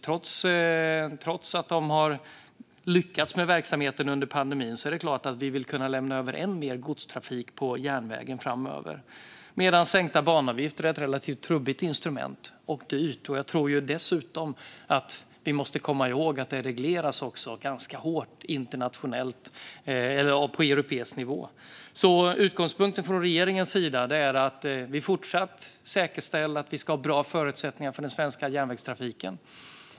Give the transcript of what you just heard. Trots att de har lyckats med verksamheten under pandemin är det klart att vi vill kunna lägga över ännu mer godstrafik på järnväg framöver. Däremot är sänkta banavgifter ett relativt trubbigt instrument, och det är dyrt. Jag tror dessutom att vi måste komma ihåg att det regleras ganska hårt internationellt på europeisk nivå. Utgångspunkten från regeringens sida är därför att vi fortsatt säkerställer att vi ska ha bra förutsättningar för den svenska järnvägstrafiken.